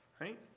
Right